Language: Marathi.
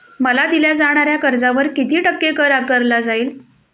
मला दिल्या जाणाऱ्या कर्जावर किती टक्के कर आकारला जाईल?